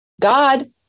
God